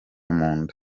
munda